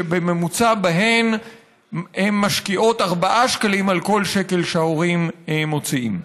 שבממוצע הן משקיעות ארבעה שקלים על כל שקל שההורים מוציאים.